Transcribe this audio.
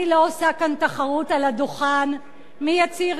אני לא עושה כאן תחרות על הדוכן מי יצהיר